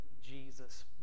Jesus